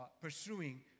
pursuing